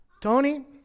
Tony